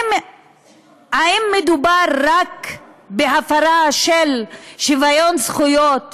האם מדובר רק בהפרה של שוויון זכויות